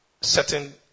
certain